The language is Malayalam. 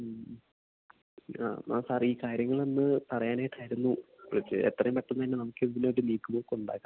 മ് മ് ആ ആ സാറീ കാര്യങ്ങളൊന്ന് പറയാനായിട്ടായിരുന്നു വിളിച്ചത് എത്രയും പെട്ടെന്നുതന്നെ നമുക്കിതിനൊരു നീക്കുപോക്കുണ്ടാക്കണം